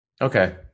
Okay